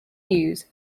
use